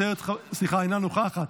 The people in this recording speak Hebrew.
אינה נוכחת,